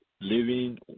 living